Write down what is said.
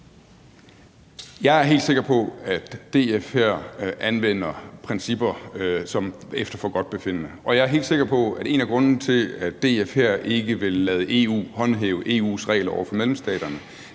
Jeg er helt sikker på, at DF her anvender principper efter forgodtbefindende, og jeg er helt sikker på, at en af grundene til, at DF her ikke vil lade EU håndhæve EU's regler over for medlemsstaterne,